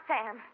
Sam